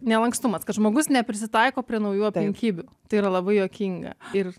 nelankstumas kad žmogus neprisitaiko prie naujų aplinkybių tai yra labai juokinga ir